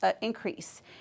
increase